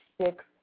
six